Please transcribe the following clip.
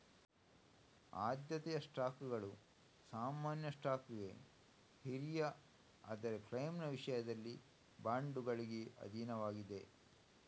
ಆದ್ಯತೆಯ ಸ್ಟಾಕ್ಗಳು ಸಾಮಾನ್ಯ ಸ್ಟಾಕ್ಗೆ ಹಿರಿಯ ಆದರೆ ಕ್ಲೈಮ್ನ ವಿಷಯದಲ್ಲಿ ಬಾಂಡುಗಳಿಗೆ ಅಧೀನವಾಗಿದೆ